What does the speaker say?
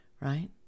right